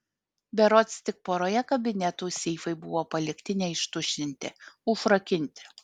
berods tik poroje kabinetų seifai buvo palikti neištuštinti užrakinti